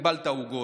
קיבלת עוגות.